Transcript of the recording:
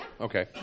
Okay